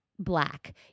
Black